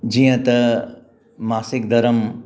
जीअं त मासिक धरमु